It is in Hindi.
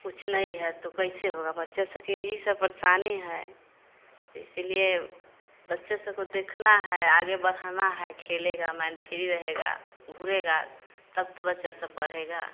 कुछ नहीं है तो कैसे होगा बच्चा सब के इही सब परेशानी है तो इसलिए बच्चा सब को देखना है आगे बढ़ाना है खेलेगा माइंड फिरि रहेगा घूरेगा तब तो बच्चा सब पढ़ेगा